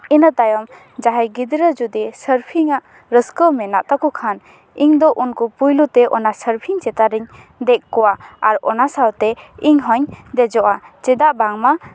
ᱤᱱᱟᱹ ᱛᱟᱭᱚᱢ ᱡᱟᱦᱟᱸᱭ ᱜᱤᱫᱽᱨᱟᱹ ᱡᱩᱫᱤ ᱥᱟᱨᱯᱷᱤᱝᱟᱜ ᱨᱟᱹᱥᱠᱟᱹ ᱢᱮᱱᱟᱜ ᱛᱟᱠᱚ ᱠᱷᱟᱱ ᱤᱧ ᱫᱚ ᱩᱱᱠᱩ ᱯᱳᱭᱞᱳ ᱛᱮ ᱚᱱᱟ ᱥᱟᱨᱯᱷᱤᱝ ᱪᱮᱛᱟᱱ ᱨᱮᱧ ᱫᱮᱡ ᱠᱚᱣᱟ ᱟᱨ ᱚᱱᱟ ᱥᱟᱶᱛᱮ ᱤᱧ ᱦᱚᱧ ᱫᱮᱡᱚᱜᱼᱟ ᱪᱮᱫᱟᱜ ᱵᱟᱝᱢᱟ